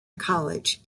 college